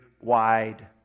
wide